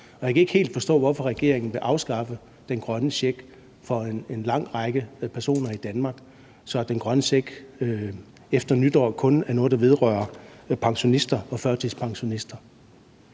jeg kan ikke helt forstå, hvorfor regeringen vil afskaffe den grønne check for en lang række personer i Danmark, så den grønne check efter nytår kun er noget, der vedrører pensionister og førtidspensionister.